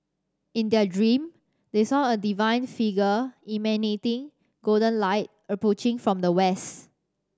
in their dream they saw a divine figure emanating golden light approaching from the west